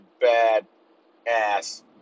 bad-ass